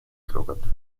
gelagert